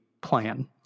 plan